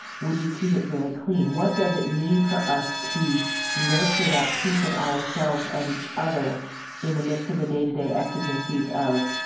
would we keep it very clean? what does it mean for us to nurture that piece of ourselves and each other in the midst of the day to day exigencies of,